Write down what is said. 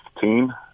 team